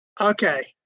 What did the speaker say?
okay